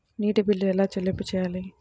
నీటి బిల్లు ఎలా చెల్లింపు చేయాలి?